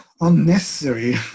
unnecessary